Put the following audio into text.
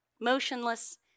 motionless